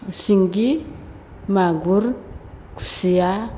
सिंगि मागुर खुसिया